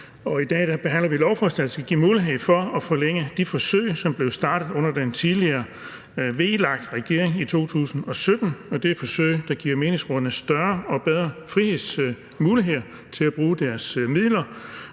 I dag behandler vi lovforslaget, som giver mulighed for at forlænge de forsøg, som blev startet under den tidligere VLAK-regering i 2017. Og det er forsøg, som giver menighedsrådene større og bedre frihedsmuligheder til at bruge deres midler.